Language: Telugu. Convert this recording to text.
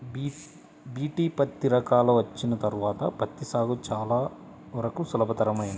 బీ.టీ పత్తి రకాలు వచ్చిన తర్వాత పత్తి సాగు చాలా వరకు సులభతరమైంది